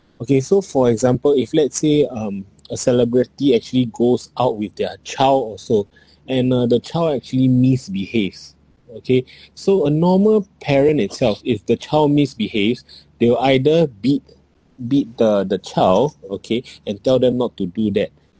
okay so for example if let's say um a celebrity actually goes out with their child or so and uh the child actually misbehaves okay so a normal parent itself if the child misbehaves they'll either beat beat the the child okay and tell them not to do that